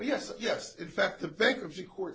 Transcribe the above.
yes yes in fact the bankruptcy court